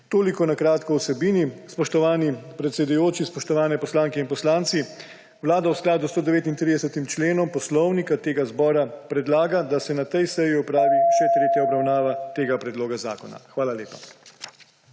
Toliko na kratko o vsebini. Spoštovani predsedujoči, spoštovane poslanke in poslanci! Vlada v skladu s 139. členom Poslovnika Državnega zbora predlaga, da se na tej seji opravi tudi tretja obravnava tega predloga zakona. Hvala lepa.